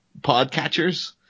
podcatchers